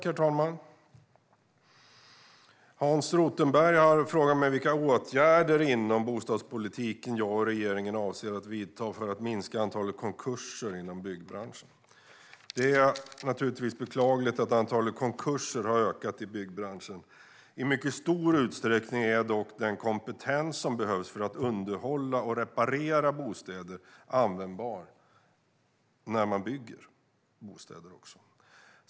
Herr talman! Hans Rothenberg har frågat mig vilka åtgärder inom bostadspolitiken jag och regeringen avser att vidta för att minska antalet konkurser inom byggbranschen. Det är beklagligt att antalet konkurser inom byggbranschen har ökat. I mycket stor utsträckning är den kompetens som behövs för att underhålla och reparera bostäder användbar när man bygger bostäder.